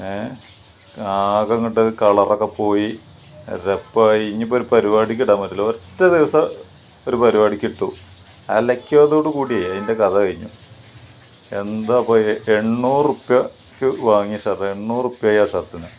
ഏഹ് ആകെങ്ങട്ട് കളറൊക്ക പോയി നരപ്പായി ഇനിപ്പോരു പരിപാടിക്ക് ഇടാൻ പറ്റൂലത് ഒറ്റ ദിവസം ഒരു പരിപാടിക്ക് ഇട്ടു അലക്കിയതോട് കൂടി അതിന്റെ കഥ കഴിഞ്ഞു എന്താപ്പയിന് എണ്ണൂറുപ്പ്യക്ക് വാങ്ങിയ ഷർട്ട എണ്ണൂറുപ്പ്യ ആയി ആ ഷർട്ടിന്